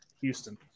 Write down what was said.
Houston